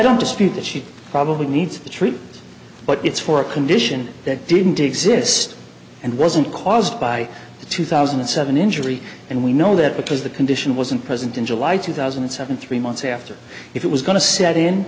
don't dispute that she probably needs to treat but it's for a condition that didn't exist and wasn't caused by two thousand and seven injury and we know that because the condition wasn't present in july two thousand and seven three months after it was going to set in